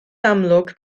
amlwg